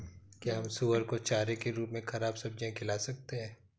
क्या हम सुअर को चारे के रूप में ख़राब सब्जियां खिला सकते हैं?